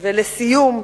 ולסיום,